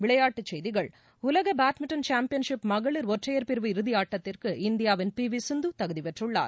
விளையாட்டுச் செய்திகள் உலக பேட்மிண்டன் சாம்பியன்ஷிப் மகளிர் ஒற்றையர் பிரிவு இறுதியாட்டத்திற்கு இந்தியாவின் பி வி சிந்து தகுதி பெற்றுள்ளார்